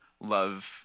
love